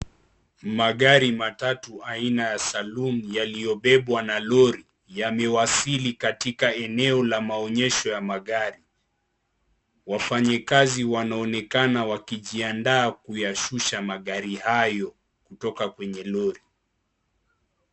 Magari matatu aina ha saloon yaliyobebwa na lorri yamewasili katika eneo la maonyesho ya magari. Wafanyikazi wanaonekana wakijiandaa kuyashusha magari hayo kutoka kwenye lorri.